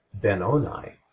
Benoni